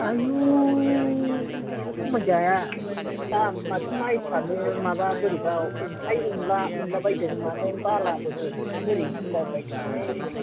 आयु एसे खमायजाया माबा माइफ्रानो अन्थाय अनला मोनला बायदों मोदों बालाबो दं माबोरै होनला बायदों हाय